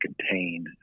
contain